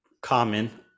common